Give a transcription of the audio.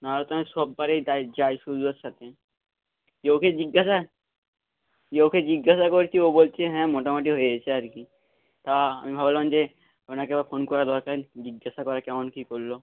না হলে তো আমি সব বারেই যাই সূর্যর সাথে দিয়ে ওকে জিজ্ঞাসা দিয়ে ওকে জিজ্ঞাসা করছি ও বলছে হ্যাঁ মোটামুটি হয়েছে আর কি তা আমি ভাবলাম যে আপনাকে একবার ফোন করা দরকার জিজ্ঞাসা করা কেমন কী করল